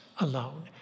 alone